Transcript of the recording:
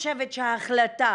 שההחלטה